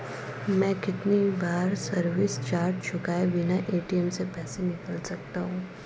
मैं कितनी बार सर्विस चार्ज चुकाए बिना ए.टी.एम से पैसे निकाल सकता हूं?